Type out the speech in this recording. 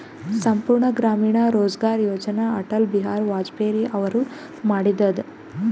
ಸಂಪೂರ್ಣ ಗ್ರಾಮೀಣ ರೋಜ್ಗಾರ್ ಯೋಜನ ಅಟಲ್ ಬಿಹಾರಿ ವಾಜಪೇಯಿ ಅವರು ಮಾಡಿದು ಅದ